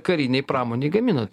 karinei pramonei gaminat